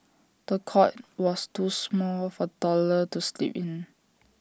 the cot was too small for toddler to sleep in